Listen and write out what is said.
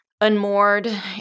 unmoored